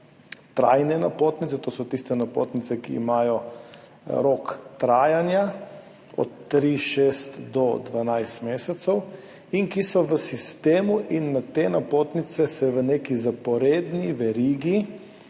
trajne napotnice, to so tiste napotnice, ki imajo rok trajanja od tri, šest do 12 mesecev in ki so v sistemu, na te napotnice lahko v neki zaporedni verigi